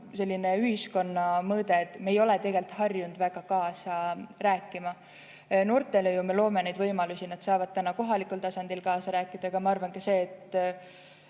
selline ühiskonna mõõde, et me ei ole harjunud väga kaasa rääkima. Noortele me ju loome neid võimalusi – nad saavad täna kohalikul tasandil kaasa rääkida –, aga ma arvan, et ka seda, et